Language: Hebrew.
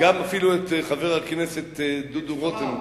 אפילו את חבר הכנסת דודו רותם.